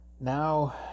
Now